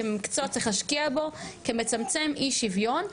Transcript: כמקצוע צריך להשקיע בו כמצמצם אי שוויון,